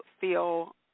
feel